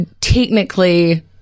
technically